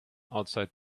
outside